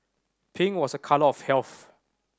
pink was a colour of health